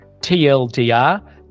tldr